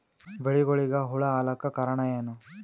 ಬೆಳಿಗೊಳಿಗ ಹುಳ ಆಲಕ್ಕ ಕಾರಣಯೇನು?